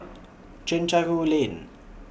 Chencharu Lane